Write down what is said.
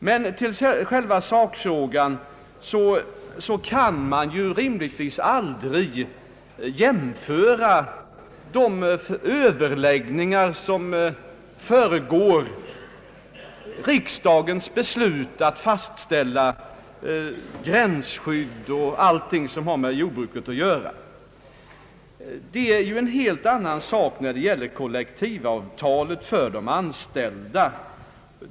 Men till själva sakfrågan! Man kan rimligtvis aldrig jämföra de överläggningar som föregår riksdagens beslut att fastställa gränsskydd m.m. för jordbrukets produkter med de förhandling ar som sker då det gäller att sluta kollektivavtal med de anställda.